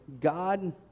God